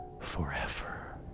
forever